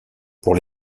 pour